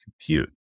compute